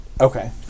Okay